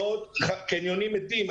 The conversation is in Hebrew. הקניונים ריקים.